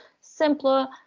simpler